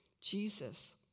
Jesus